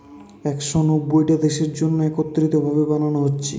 একশ নব্বইটা দেশের জন্যে একত্রিত ভাবে বানানা হচ্ছে